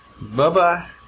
Bye-bye